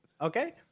okay